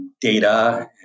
data